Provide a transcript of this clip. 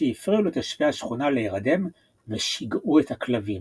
שהפריעו לתושבי השכונה להרדם ושגעו את הכלבים.